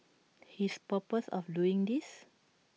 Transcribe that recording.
his purpose of doing this